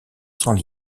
cents